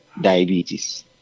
diabetes